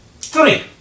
Three